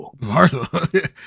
Martha